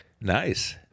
Nice